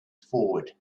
forward